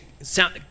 sound